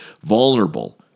vulnerable